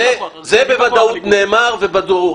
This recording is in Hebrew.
זה בוודאות נאמר ובדוק,